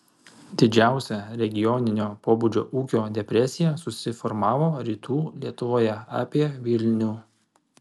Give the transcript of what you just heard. didžiausia regioninio pobūdžio ūkio depresija susiformavo rytų lietuvoje apie vilnių